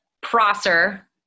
Prosser